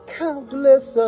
countless